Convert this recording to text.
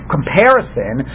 comparison